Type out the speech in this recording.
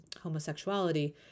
homosexuality